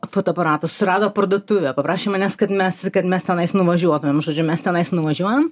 fotoaparatą susirado parduotuvę paprašė manęs kad mes kad mes tenais nuvažiuotumėm žodžiu mes tenais nuvažiuojam